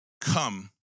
come